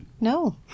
No